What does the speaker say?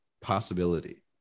possibility